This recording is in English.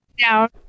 down